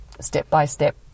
step-by-step